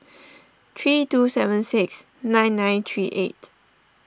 three two seven six nine nine three eight